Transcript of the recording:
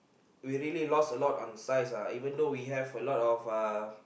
we really lost a lot on size uh even though we have a lot of uh